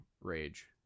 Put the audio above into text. Rage